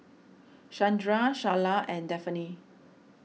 Shandra Sharla and Daphne